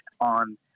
on